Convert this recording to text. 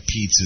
pizzas